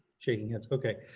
shaking heads, okay.